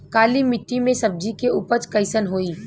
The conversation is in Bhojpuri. काली मिट्टी में सब्जी के उपज कइसन होई?